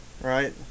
Right